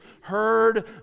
heard